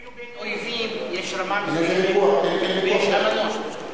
אפילו בין אויבים יש רמה מסוימת ויש אמנות.